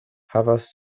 havas